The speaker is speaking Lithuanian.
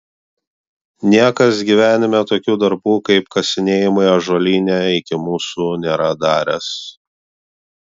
niekas gyvenime tokių darbų kaip kasinėjimai ąžuolyne iki mūsų nėra daręs